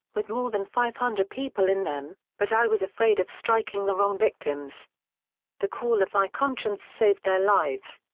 with more than five hundred people in them but i was afraid of striking the wrong victims the call of my conscience saved their lives.